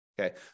Okay